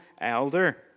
elder